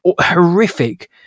horrific